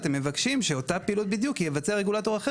אתם מבקשים שאת אותה הפעילות בדיוק יבצע רגולטור אחר